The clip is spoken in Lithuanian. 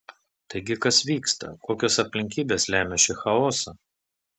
taigi kas vyksta kokios aplinkybės lemia šį chaosą